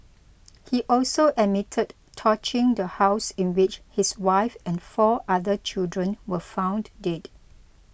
he also admitted torching the house in which his wife and four other children were found dead